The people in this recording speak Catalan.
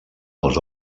els